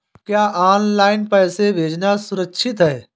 क्या ऑनलाइन पैसे भेजना सुरक्षित है?